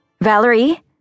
Valerie